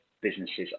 businesses